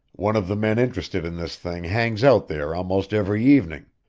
one of the men interested in this thing hangs out there almost every evening.